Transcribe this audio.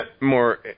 more